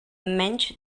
menys